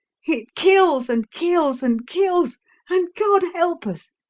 it kills and kills and kills and god help us!